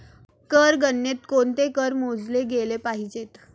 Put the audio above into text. कर गणनेत कोणते कर मोजले गेले पाहिजेत?